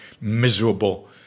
miserable